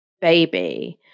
baby